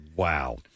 Wow